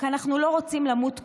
רק שאנחנו לא רוצים למות קודם.